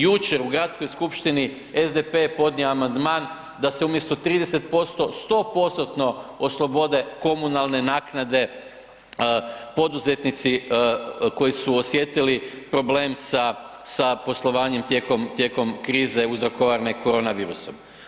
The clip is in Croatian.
Jučer u Gradskoj skupštini, SDP je podnio amandman da se umjesto 30%, 100%-tno oslobode komunalne naknade poduzetnici koji su osjetili problem sa poslovanjem tijekom krize uzrokovane korona virusom.